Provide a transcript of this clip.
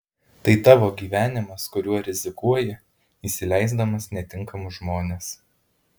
tai tavo gyvenimas kuriuo rizikuoji įsileisdamas netinkamus žmones